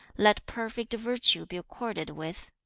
let perfect virtue be accorded with.